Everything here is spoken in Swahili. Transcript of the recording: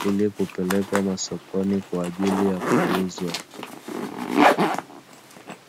ili kupelekwa masokoni kwa ajili ya kuuzwa.